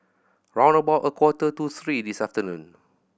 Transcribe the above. round about a quarter to three this afternoon